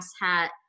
hat